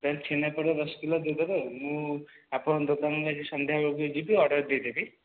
ତାହେଲେ ଛେନାପୋଡ଼ ଦଶ କିଲ ଦେଇଦେବେ ଆଉ ମୁଁ ଆପଣ ଦୋକାନକୁ ମୁଁ ଆଜି ସନ୍ଧ୍ୟାବେଳକୁ ଯିବି ଅର୍ଡ଼ର ଦେଇଦେବି